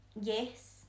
yes